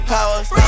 Powers